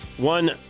One